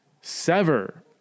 sever